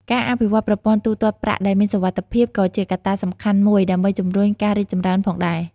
ការអភិវឌ្ឍប្រព័ន្ធទូទាត់ប្រាក់ដែលមានសុវត្ថិភាពក៏ជាកត្តាសំខាន់មួយដើម្បីជំរុញការរីកចម្រើនផងដែរ។